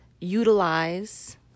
utilize